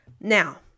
Now